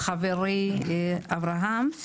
חברי אברהם,